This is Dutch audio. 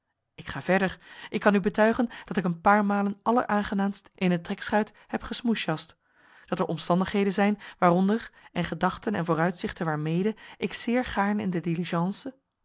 ik ga verder ik kan u betuigen dat ik een paar malen alleraangenaamst in een trekschuit heb gesmousjast dat er omstandigheden zijn waaronder en gedachten en vooruitzichten waarmede ik zeer gaarne in de